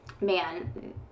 man